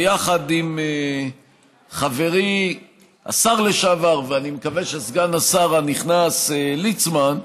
ביחד עם חברי השר לשעבר ואני מקווה שסגן השר הנכנס ליצמן,